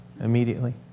immediately